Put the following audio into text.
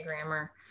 grammar